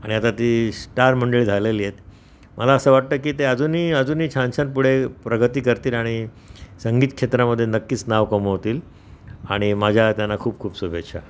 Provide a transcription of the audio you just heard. आणि आता ती स्टार मंडळी झालेली आहेत मला असं वाटतं की ते अजूनही अजूनही छान छान पुढे प्रगती करतील आणि संगीत क्षेत्रामधे नक्कीच नाव कमवतील आणि माझ्या त्यांना खूप खूप शुभेच्छा